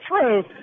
true